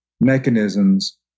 mechanisms